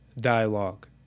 dialogue